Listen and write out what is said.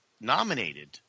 nominated